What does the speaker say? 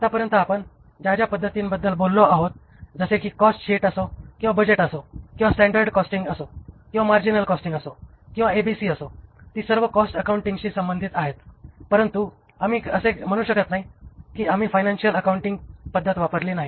आतापर्यंत आपण ज्या ज्या पद्धतींबद्दल बोललो आहोत जसे कि कॉस्ट शीट असो किंवा बजेट असो किंवा स्टॅंडर्ड कॉस्टिंग असो किंवा मार्जिनल कॉस्टिंग असो किंवा एबीसी असो ती सर्व कॉस्ट अकाउंटिंगशी संबंधित आहेत परंतु आम्ही असे म्हणू शकत नाही की आम्ही फायनान्शिअल अकाउंटिंग पद्धत वापरली नाही